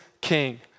king